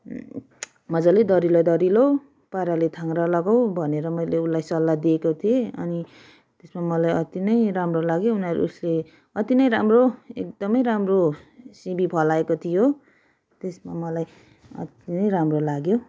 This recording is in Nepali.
मजाले दह्रिलो दह्रिलो पाराले थाङ्ग्रो लगाऊ भनेर मैले उसलाई सल्लाह दिएको थिएँ अनि त्यसमा मलाई अति नै राम्रो लाग्यो उनीहरू उसले अति नै राम्रो एकदमै राम्रो सिमी फलाएको थियो त्यसमा मलाई अति नै राम्रो लाग्यो